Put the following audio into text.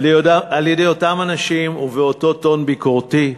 על-ידי אותם אנשים ובאותו טון ביקורתי.